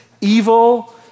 evil